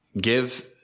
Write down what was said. give